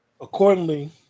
accordingly